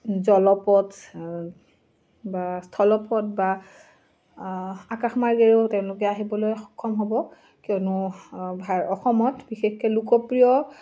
জলপথ বা স্থলপথ বা আকাশ মাৰ্গেৰেও তেওঁলোকে আহিবলৈ সক্ষম হ'ব কিয়নো অসমত বিশেষকে লোকপ্ৰিয়